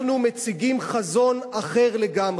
אנחנו מציגים חזון אחר לגמרי,